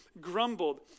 grumbled